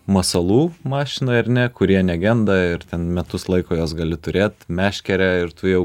masalų mašinoj ar ne kurie negenda ir ten metus laiko juos gali turėt meškerę ir tu jau